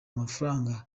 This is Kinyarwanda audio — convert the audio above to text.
amafaranga